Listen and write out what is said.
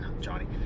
johnny